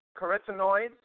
carotenoids